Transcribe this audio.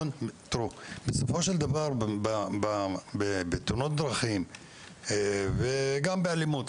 בסופו של דבר בתאונות דרכים וגם באלימות,